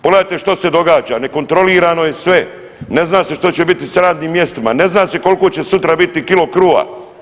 Pogledajte što se događa, nekontrolirano je sve, ne zna se što će biti s radnim mjestima, ne zna se koliko će sutra biti kilo kruha.